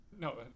No